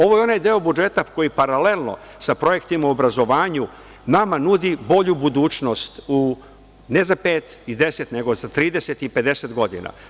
Ovo je onaj deo budžeta koji paralelno sa projektima u obrazovanju nama nudi bolju budućnost u, ne za pet i deset, nego za 30 i 50 godina.